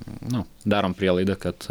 nu darom prielaidą kad